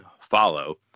follow